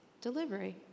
delivery